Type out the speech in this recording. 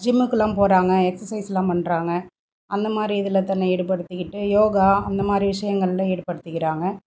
ஜிம்முக்குலாம் போகிறாங்க எக்சசைஸ்லாம் பண்ணுறாங்க அந்தமாதிரி இதில் தன்னை ஈடுபடுத்திக்கிட்டு யோகா அந்தமாதிரி விஷயங்கள்ல ஈடுபடுத்திக்கிறாங்க